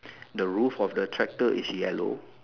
the roof of the tractor is yellow